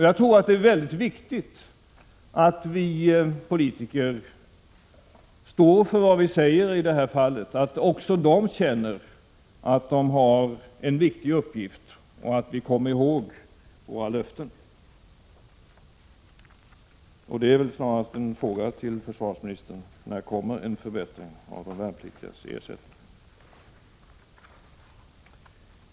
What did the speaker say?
Jag tror det är väldigt viktigt att vi politiker står för vad vi säger i detta fall, så att också de värnpliktiga känner att de har en viktig uppgift och att vi kommer ihåg våra löften. Det är väl snarast en fråga till försvarsministern: När kommer en förbättring av de värnpliktigas ersättning?